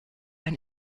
ein